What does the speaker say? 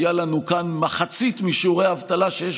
הייתה לנו כאן מחצית משיעורי האבטלה שיש